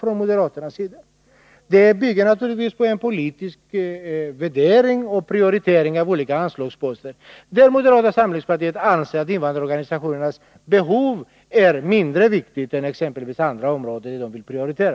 Prioriteringen av olika anslagsposter bygger naturligtvis på en politisk gradering, där moderata samlingspartiet anser att invandrarorganisationernas behov är mindre viktigt än andra områden som man vill prioritera.